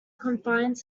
confined